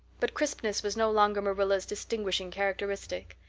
but crispness was no longer marilla's distinguishing characteristic.